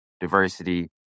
diversity